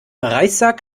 reissack